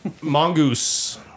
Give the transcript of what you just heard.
Mongoose